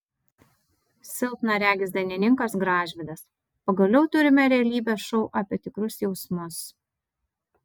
silpnaregis dainininkas gražvydas pagaliau turime realybės šou apie tikrus jausmus